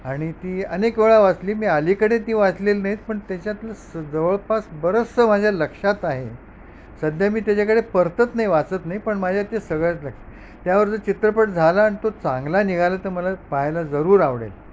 आणि ती अनेक वेळा वाचली मी आलीकडे ती वाचलेली नाहीत पण त्याच्यातलं ज जवळपास बरंचसं माझ्या लक्षात आहे सध्या मी त्याच्याकडे परत नाई वाचत नाई पण माझ्या ते सगळ्यात लक्ष त्यावर जो चित्रपट झाला आणि तो चांगला निघाला तर मला पाहायला जरूर आवडेल